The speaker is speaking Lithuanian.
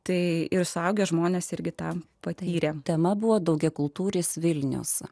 tai ir suaugę žmonės irgi tą patyrė tema buvo daugiakultūris vilnius